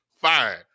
fine